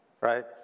right